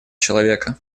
человека